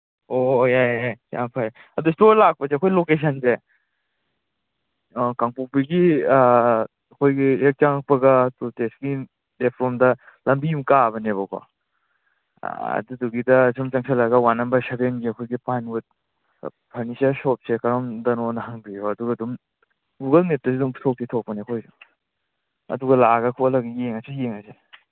ꯑꯣ ꯑꯣ ꯑꯣ ꯌꯥꯏ ꯌꯥꯏ ꯌꯥꯝ ꯐꯔꯦ ꯑꯗꯨ ꯏꯁꯇꯣꯔ ꯂꯥꯛꯄꯁꯦ ꯑꯩꯈꯣꯏ ꯂꯣꯀꯦꯁꯟꯁꯦ ꯑꯧ ꯀꯥꯡꯄꯣꯛꯄꯤꯒꯤ ꯑꯩꯈꯣꯏꯒꯤ ꯍꯦꯛ ꯆꯪꯉꯛꯄꯒ ꯇꯣꯜ ꯇꯦꯛꯁꯀꯤ ꯂꯦꯞ ꯔꯣꯝꯗ ꯂꯝꯕꯤ ꯑꯃ ꯀꯥꯕꯅꯤꯕꯀꯣ ꯑꯗꯨꯗꯨꯒꯤꯗ ꯁꯨꯝ ꯆꯪꯁꯜꯤꯂꯒ ꯋꯥꯠ ꯅꯝꯕꯔ ꯁꯕꯦꯟꯒꯤ ꯑꯩꯈꯣꯏꯒꯤ ꯄꯥꯏꯟ ꯕꯣꯔꯠ ꯐꯔꯅꯤꯆꯔ ꯁꯣꯞꯁꯦ ꯀꯔꯣꯝꯗꯅꯣꯅ ꯍꯪꯕꯤꯌꯣ ꯑꯗꯨꯒ ꯑꯗꯨꯝ ꯒꯨꯒꯜ ꯃꯦꯞꯇꯁꯨ ꯑꯗꯨꯝ ꯊꯣꯛꯇꯤ ꯊꯣꯛꯄꯅꯦ ꯑꯩꯈꯣꯏꯁꯦ ꯑꯗꯨꯒ ꯂꯥꯛꯑꯒ ꯈꯣꯠꯂꯒ ꯌꯦꯡꯉꯁꯨ ꯌꯦꯡꯉꯁꯤ